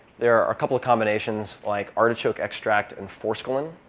there are a couple of combinations, like artichoke extract and forskolin,